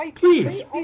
Please